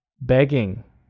begging